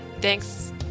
Thanks